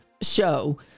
show